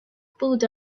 food